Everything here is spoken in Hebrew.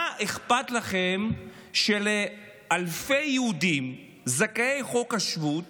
מה אכפת לכם שלאלפי יהודים זכאי חוק השבות